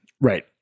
Right